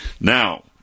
now